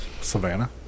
Savannah